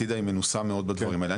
טידה היא מנוסה מאוד בדברים האלה.